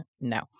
no